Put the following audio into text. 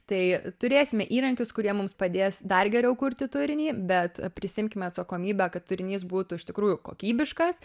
tai turėsime įrankius kurie mums padės dar geriau kurti turinį bet prisiimkime atsakomybę kad turinys būtų iš tikrųjų kokybiškas